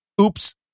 Oops